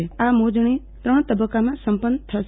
તેમજ આ મોજણી ત્રણ તબક્કામાં સંપન્ન થશે